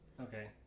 Okay